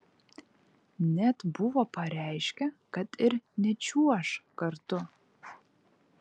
net buvo pareiškę kad ir nečiuoš kartu